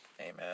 Amen